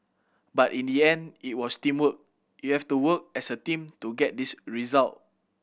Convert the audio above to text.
but in the end it was teamwork you have to work as a team to get this result